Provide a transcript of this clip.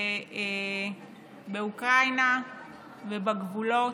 באוקראינה ובגבולות.